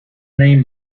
name